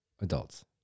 Adults